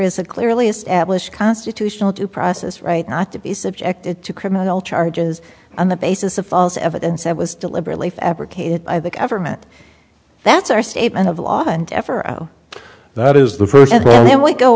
is a clearly established constitutional due process right not to be subjected to criminal charges on the basis of false evidence that was deliberately fabricated by the government that's our statement of law and ever that is the first of all there we go